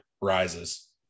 Rises